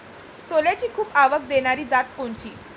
सोल्याची खूप आवक देनारी जात कोनची?